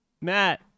Matt